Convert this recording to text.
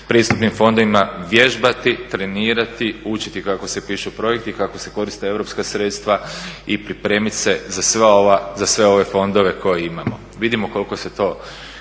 pretpristupnim fondovima vježbati trenirati, učiti kako se pišu projekti, kako se koriste europska sredstva i pripremit se za sve ove fondove koje imamo. Vidimo koliko su to